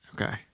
Okay